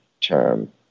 term